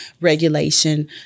regulation